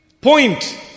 point